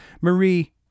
Marie